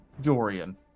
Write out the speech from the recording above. Dorian